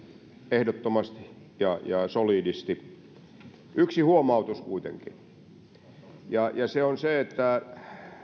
ehdottomasti ja ja solidisti yksi huomautus kuitenkin ja se on se että